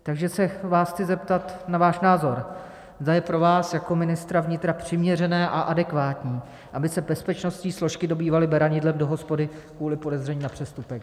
Takže se vás chci zeptat na váš názor, zda je pro vás jako ministra vnitra přiměřené a adekvátní, aby se bezpečnostní složky dobývaly beranidlem do hospody kvůli podezření na přestupek.